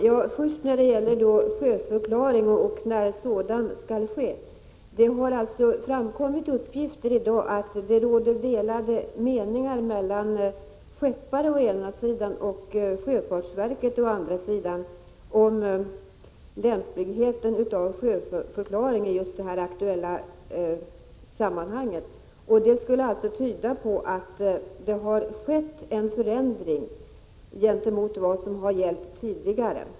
Herr talman! Först till frågan om sjöförklaring och när sådan skall ske. Det har alltså framkommit uppgifter i dag att det råder delade meningar mellan skeppare å ena sidan och sjöfartsverket å andra sidan om lämpligheten av sjöförklaring i just det aktuella fallet. Det skulle tyda på att det har skett en förändring i förhållande till vad som har gällt tidigare.